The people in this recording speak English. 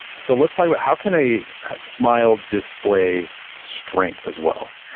so, let's talk about, how can a smile display strength as well?